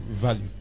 value